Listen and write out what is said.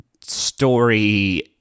story